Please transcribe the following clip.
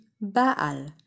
Baal